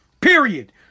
Period